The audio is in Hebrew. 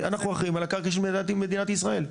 אנחנו אחראים על הקרקע של מדינת ישראל.